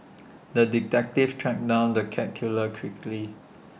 the detective tracked down the cat killer quickly